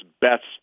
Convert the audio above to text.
Best